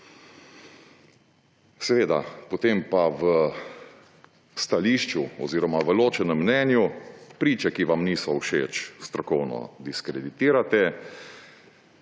Seveda, potem pa v stališču oziroma v ločenem mnenju priče, ki vam niso všeč, strokovno diskreditirate.